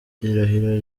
irahira